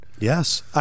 Yes